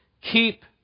Keep